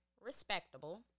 respectable